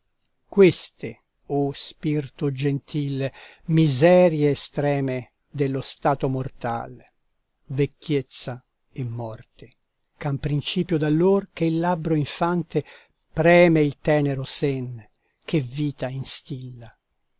o spirto gentil miserie estreme dello stato mortal vecchiezza e morte ch'han principio d'allor che il labbro infante preme il tenero sen che vita instilla